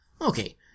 Okay